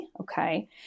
okay